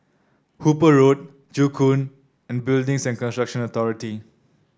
Hooper Road Joo Koon and Building Construction Authority